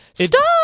Stop